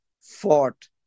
fought